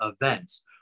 events